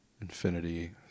infinity